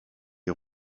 est